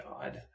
God